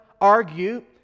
argue